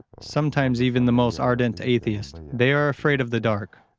sometimes even the most ardent atheists they are afraid of the dark.